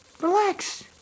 relax